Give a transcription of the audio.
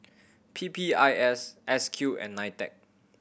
P P I S S Q and NITEC